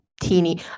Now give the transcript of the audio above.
teeny